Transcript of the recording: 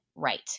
right